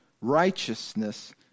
righteousness